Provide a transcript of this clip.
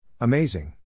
Amazing